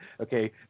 Okay